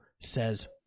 says